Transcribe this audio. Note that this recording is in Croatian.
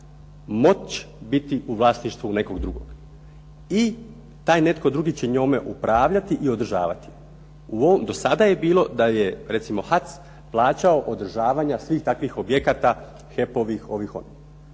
moći biti u vlasništvu nekog drugog. I taj netko drugi će njome upravljati i održavati je. Do sada je bilo da je recimo HAC plaćao održavanja svih takvih objekata HEP-ovih, ovih onih.